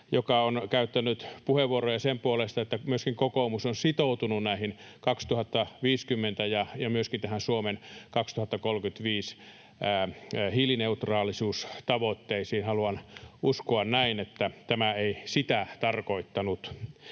joka on käyttänyt puheenvuoroja sen puolesta, että myöskin kokoomus on sitoutunut tähän 2050-tavoitteeseen ja myöskin tähän Suomen 2035-hiilineutraalisuustavoitteeseen. Haluan uskoa näin, että tämä ei sitä tarkoittanut,